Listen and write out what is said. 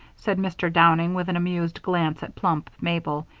said mr. downing, with an amused glance at plump mabel.